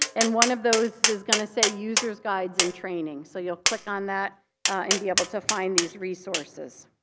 and one of those is going to say user's guides and training. so you'll click on that and be able to find these resources.